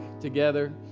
together